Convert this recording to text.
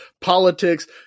Politics